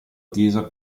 chiesa